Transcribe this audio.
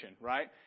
right